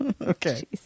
Okay